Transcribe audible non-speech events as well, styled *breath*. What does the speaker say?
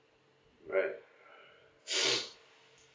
right *breath*